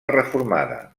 reformada